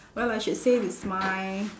well I should say it's my